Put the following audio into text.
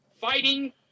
fighting